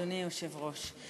אדוני היושב-ראש,